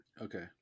Okay